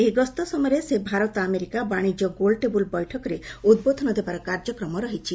ଏହି ଗସ୍ତ ସମୟରେ ସେ ଭାରତ ଆମେରିକା ବାଶିଜ୍ୟ ଗୋଲଟେବୁଲ୍ ବୈଠକରେ ଉଦ୍ବୋଧନ ଦେବାର କାର୍ଯ୍ୟକ୍ରମ ରହିଛି